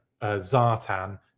Zartan